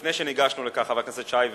לפני שניגשנו לכך, חבר הכנסת שי ואני,